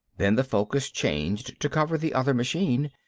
then the focus changed to cover the other machine.